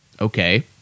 Okay